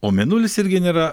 o mėnulis irgi nėra